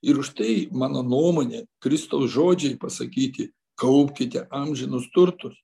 ir už tai mano nuomone kristaus žodžiai pasakyti kaupkite amžinus turtus